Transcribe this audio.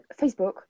Facebook